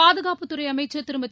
பாதுகாப்புத்துறை அமைச்சர் திருமதி